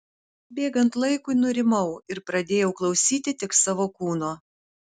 bėgant laikui nurimau ir pradėjau klausyti tik savo kūno